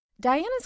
Diana's